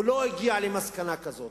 הוא לא הגיע למסקנה כזאת.